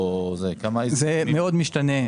זה משתנה מאוד.